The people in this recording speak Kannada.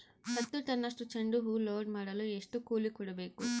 ಹತ್ತು ಟನ್ನಷ್ಟು ಚೆಂಡುಹೂ ಲೋಡ್ ಮಾಡಲು ಎಷ್ಟು ಕೂಲಿ ಕೊಡಬೇಕು?